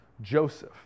Joseph